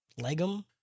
Legum